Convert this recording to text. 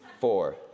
Four